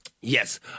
Yes